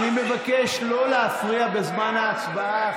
אני מבקש לא להפריע בזמן ההצבעה.